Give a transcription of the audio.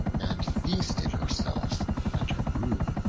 and feasted herself and her brood.